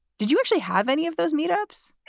did you actually have any of those meet ups?